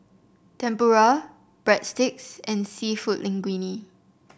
Tempura Breadsticks and seafood Linguine